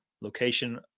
location